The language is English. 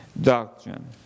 Doctrine